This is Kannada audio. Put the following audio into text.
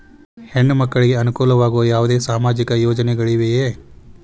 ಹೆಣ್ಣು ಮಕ್ಕಳಿಗೆ ಅನುಕೂಲವಾಗುವ ಯಾವುದೇ ಸಾಮಾಜಿಕ ಯೋಜನೆಗಳಿವೆಯೇ?